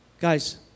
Guys